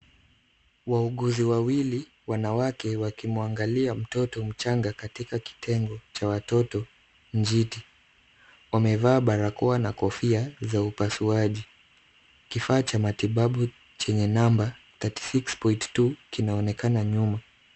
Wauguzi wawili wanawake wakimwangalia mtoto mchanga katika kitengo cha watoto njiti. Wamevaa barakoa na kofia za upasuaji. Kifaa cha matibabu chenye number thirty six point two kinaonekana nyuma.